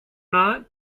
not